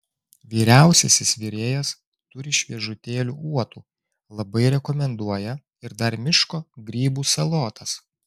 vyriausiasis virėjas turi šviežutėlių uotų labai rekomenduoja ir dar miško grybų salotas